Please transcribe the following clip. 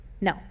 No